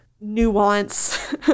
nuance